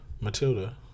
Matilda